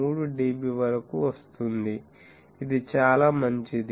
3 dB వరకు వస్తుంది ఇది చాలా మంచిది